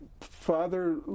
father